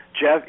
Jeff